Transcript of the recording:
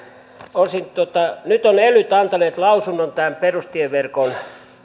nyt ovat elyt antaneet lausunnot näistä perustieverkon